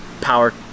power